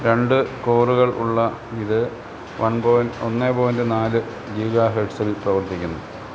രണ്ട് കോറുകൾ ഉള്ള ഇത് വൺ പോയിൻറ് ഒന്ന് പോയിൻറ് നാല് ജിഗാഹെട്സില് പ്രവർത്തിക്കുന്നു